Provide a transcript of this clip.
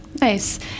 Nice